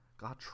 God